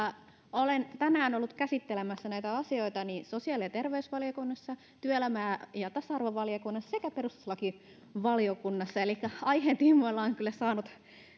olen tänään ollut käsittelemässä näitä asioita niin sosiaali ja terveysvaliokunnassa työelämä ja tasa arvovaliokunnassa kuin perustuslakivaliokunnassa elikkä aiheen tiimoilla on kyllä saanut